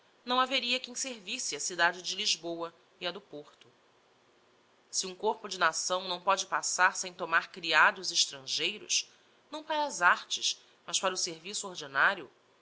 não haveria quem servisse a cidade de lisboa e a do porto se um corpo de nação não póde passar sem tomar criados estrangeiros não para as artes mas para o serviço ordinario